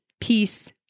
peace